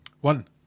one